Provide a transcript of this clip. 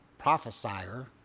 prophesier